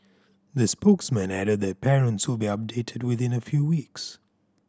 the spokesman added that parents will be updated within a few weeks